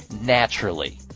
naturally